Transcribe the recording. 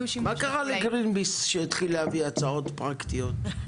מה קרה לגרינפיס שהתחיל להביא הצעות פרקטיות?